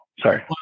sorry